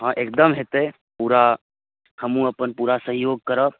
हँ एकदम हेतै पूरा हमहूँ अपन पूरा सहयोग करब